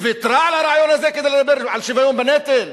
היא ויתרה על הרעיון הזה כדי לדבר על שוויון בנטל?